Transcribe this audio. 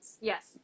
yes